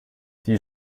die